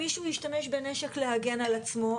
מישהו ישתמש בנשק להגן על עצמו,